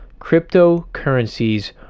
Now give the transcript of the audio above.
cryptocurrencies